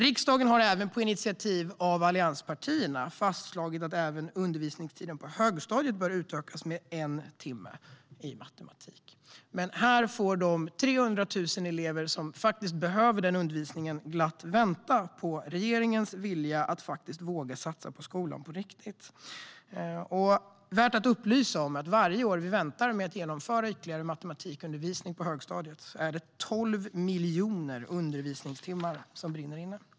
Riksdagen har också, på initiativ av allianspartierna, fastslagit att även undervisningstiden i matematik på högstadiet bör utökas med en timme. Här får de 300 000 elever som behöver denna undervisning dock vänta på regeringens vilja att våga satsa på skolan på riktigt. Värt att upplysa om är att varje år vi väntar med att genomföra ytterligare matematikundervisning på högstadiet är det 12 miljoner undervisningstimmar som brinner inne.